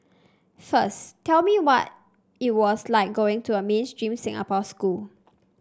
first tell me what it was like going to a mainstream Singapore school